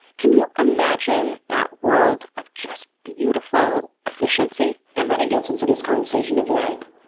can you imagine that world of just beautiful efficiency? and then it gets into this conversation of like,